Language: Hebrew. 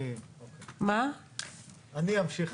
אני אמשיך.